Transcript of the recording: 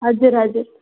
हजुर हजुर